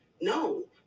No